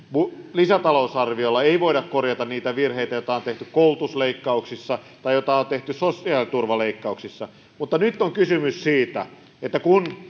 lisätalousarviolla ei voida korjata niitä virheitä joita on tehty koulutusleikkauksissa ja joita on tehty sosiaaliturvaleikkauksissa mutta nyt on kysymys siitä että kun